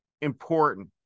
important